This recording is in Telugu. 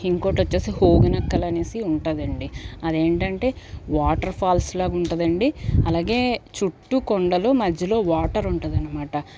ఇంకోటొచ్చేసి హొగెనెక్కల్ అనేసి ఉంటుందండీ అదేంటంటే వాటర్ ఫాల్స్ లాగా ఉంటుందండీ అలాగే చుట్టూ కొండలు మధ్యలో వాటర్ ఉంటుందనమాట